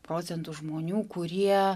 procentų žmonių kurie